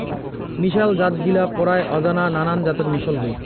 মিশাল জাতগিলা পরায় অজানা নানান জাতের মিশল হই